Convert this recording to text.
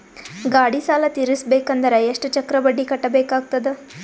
ಗಾಡಿ ಸಾಲ ತಿರಸಬೇಕಂದರ ಎಷ್ಟ ಚಕ್ರ ಬಡ್ಡಿ ಕಟ್ಟಬೇಕಾಗತದ?